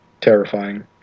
terrifying